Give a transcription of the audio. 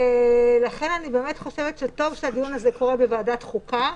לכן אני חושבת שטוב שהדיון הזה קורה בוועדת החוקה.